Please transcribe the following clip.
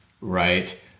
right